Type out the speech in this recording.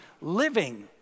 living